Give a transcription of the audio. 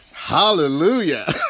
Hallelujah